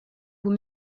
vous